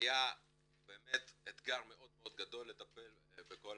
היה באמת אתגר מאוד גדול לטפל בכל